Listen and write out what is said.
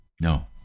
No